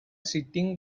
sitting